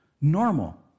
Normal